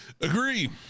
Agree